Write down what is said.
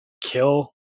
kill